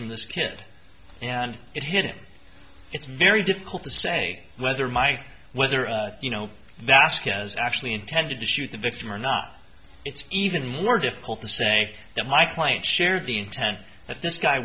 from this kid and it hit him it's very difficult to say whether mike whether you know that is actually intended to shoot the victim or not it's even more difficult to say that my client shared the intent that this guy